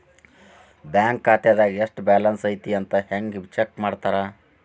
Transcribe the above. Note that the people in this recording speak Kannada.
ಬ್ಯಾಂಕ್ ಖಾತೆದಾಗ ಎಷ್ಟ ಬ್ಯಾಲೆನ್ಸ್ ಐತಿ ಅಂತ ಹೆಂಗ ಚೆಕ್ ಮಾಡ್ತಾರಾ